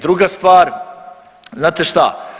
Druga stvar, znate što?